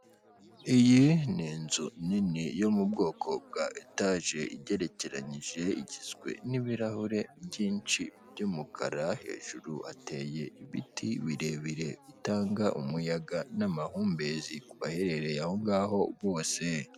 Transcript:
Iyi ni inzu nini yo mu bwoko bwa etaje igerekeranyije, igizwe n'ibirahure byinshi by'umukara, hejuru hateye ibiti birebire bitanga umuyaga n'amahumbezi ku baherereye aho ngaho bose.